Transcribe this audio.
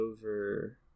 over